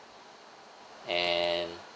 and